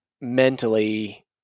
mentally